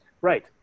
Right